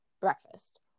breakfast